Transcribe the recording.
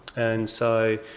and so,